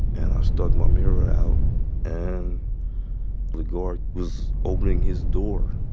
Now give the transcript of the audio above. and i stuck my mirror out and the guard was opening his door.